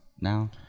now